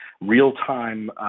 real-time